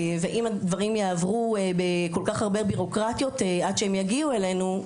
ואם הדברים יעברו בכל כך הרבה ביורוקרטיות עד שהם יגיעו אלינו,